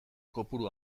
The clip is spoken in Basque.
kopuru